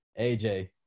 AJ